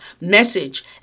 message